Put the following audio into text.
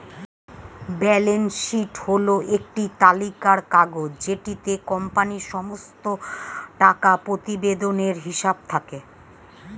balance sheet হল একটি তালিকার কাগজ যেটিতে কোম্পানির সমস্ত টাকা প্রতিবেদনের হিসেব থাকে